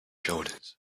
shoulders